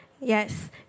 Yes